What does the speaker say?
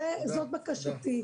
זאת בקשתי.